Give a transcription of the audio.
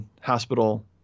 hospital